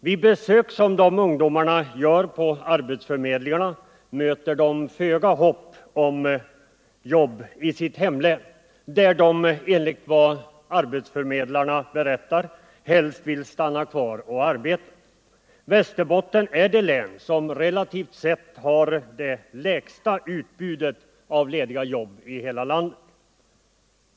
Vid besök som dessa ungdomar gör på arbetsförmedlingarna möter de föga hopp om jobb i sitt hemlän, där de — enligt vad arbetsförmedlarna berättat — helst vill stanna kvar och arbeta. Västerbotten är det län, som relativt sett har det lägsta utbudet av lediga jobb i hela landet.